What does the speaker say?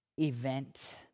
event